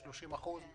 30%?